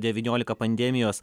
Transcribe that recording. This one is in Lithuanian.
devyniolika pandemijos